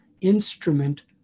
instrument